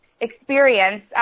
experience